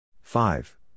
five